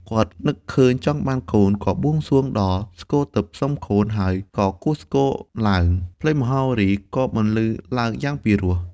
គាត់នឹកឃើញចង់បានកូន ក៏បួងសួងដល់ស្គរទិព្វសុំកូន ហើយក៏គោះ ស្គរឡើង។ ភ្លេងមហោរីក៏បន្លឺឡើងយ៉ាងពីរោះ។